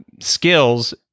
skills